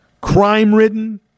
crime-ridden